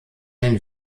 den